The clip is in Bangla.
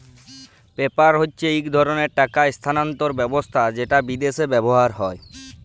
পেপ্যাল হচ্ছে এক ধরণের টাকা স্থানান্তর ব্যবস্থা যেটা বিদেশে ব্যবহার হয়